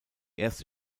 erste